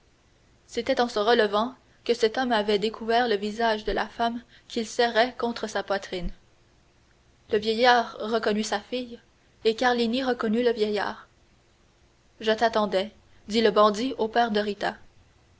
c'était en se relevant que cet homme avait découvert le visage de la femme qu'il tenait serrée contre sa poitrine le vieillard reconnut sa fille et carlini reconnut le vieillard je t'attendais dit le bandit au père de